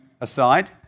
aside